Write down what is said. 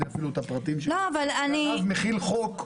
אפילו את הפרטים שלו ועליו מחיל חוק,